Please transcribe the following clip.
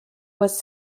was